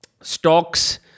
stocks